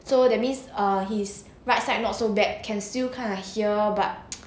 so that means err hes right side not so bad can still kind of hear but